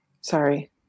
Sorry